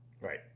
Right